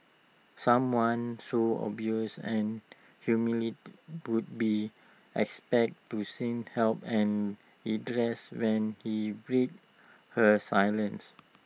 someone so abused and humiliated would be expected to seek help and redress when he breaks her silence